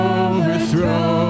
overthrow